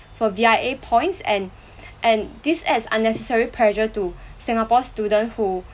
for V_I_A points and and this adds unnecessary pressure to singapore student who